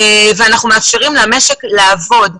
ואנחנו מאפשרים למשק לעבוד.